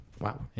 Wow